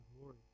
glory